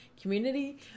community